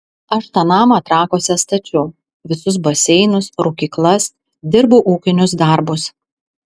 aš tą namą trakuose stačiau visus baseinus rūkyklas dirbau ūkinius darbus